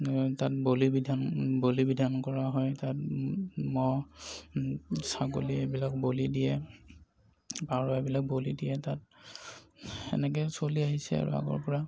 তাত বলি বিধান বলি বিধান কৰা হয় তাত ম'হ ছাগলী এইবিলাক বলি দিয়ে পাৰ এইবিলাক বলি দিয়ে তাত সেনেকৈ চলি আহিছে আৰু আগৰপৰা